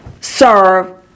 serve